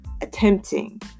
Attempting